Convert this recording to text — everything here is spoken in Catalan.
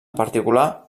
particular